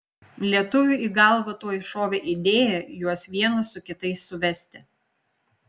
lietuviui į galvą tuoj šovė idėja juos vienus su kitais suvesti